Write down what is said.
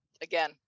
again